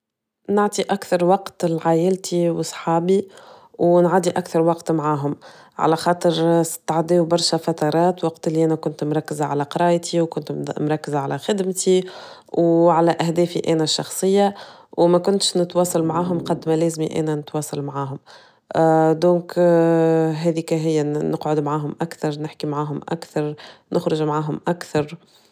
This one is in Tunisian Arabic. نعطي أكثر وقت لعائلتي وصحابي ونعدي اكثر وقت معهم، على خاطر ستعديو برشا فترات وقت اللي انا كنت مركزة على قرايتي وكنت مركزة على خدمتي.وعلى أهدافي انا الشخصية. وما كنتش نتواصل معاهم قد ما لازمي انا نتواصل معاهم دوك هاذيكا هي نقعد معاهم اكثر نحكي معاهم أكثر نخرج معهم أكثر.